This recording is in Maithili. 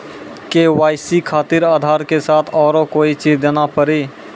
के.वाई.सी खातिर आधार के साथ औरों कोई चीज देना पड़ी?